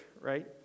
right